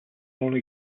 only